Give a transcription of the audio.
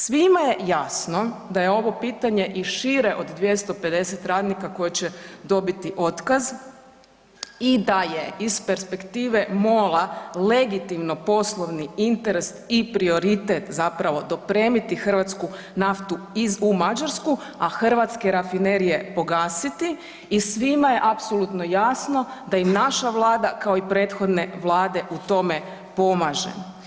Svima je jasno da je ovo pitanje i šire od 250 radnika koji će dobiti otkaz i da je iz perspektive MOL-a legitimno poslovni interes i prioritet zapravo dopremiti hrvatsku naftu u Mađarsku a hrvatske rafinerije pogasiti i svima je apsolutno jasno da i naša Vlada kao i prethodne Vlade u tome pomaže.